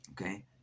okay